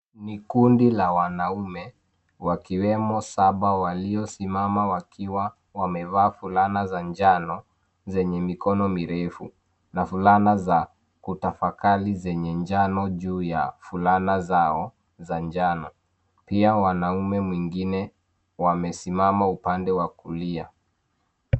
Ni kundi la wanaume wakiwemo saba waliosimama wakiwa wamevaa fulana za njano zenye mikono mirefu na fulana za kutafakari zenye njano juu ya fulana zao za njano. Pia wanaume wengine wamesimama upande wa kulia.